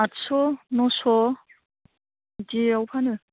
आदस' नयस' बिदियाव फानो